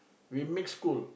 we mixed school